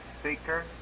speaker